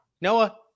Noah